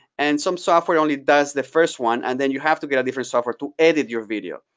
and some software only does the first one, and then you have to get a different software to edit your video.